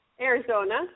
Arizona